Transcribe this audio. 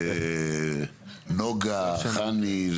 נוגה, חני.